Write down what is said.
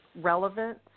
relevant